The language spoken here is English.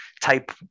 type